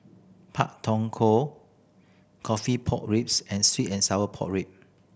Pak Thong Ko coffee pork ribs and sweet and sour pork rib